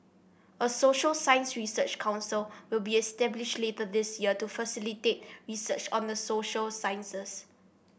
a social science research council will be established later this year to facilitate research on the social sciences